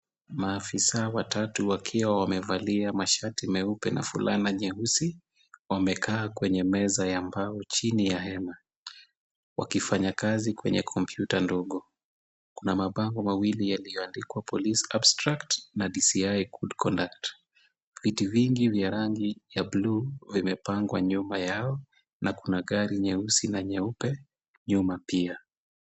Maafisa watatu wakiwa wamevalia mashati meupe na fulana nyeusi, wamekaa kwenye meza ya mbao chini ya hema, wakifanya kazi kwenye kompyuta ndogo. Kuna mabango mawili yaliyoandikwa Police Abstract na DCI Good Conduct . Viti vingi vya rangi ya bluu vimepangwa nyuma yao na kuna gari nyeusi na nyeupe nyuma pia.